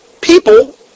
people